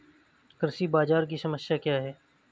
कृषि बाजार की समस्या क्या है?